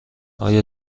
آیا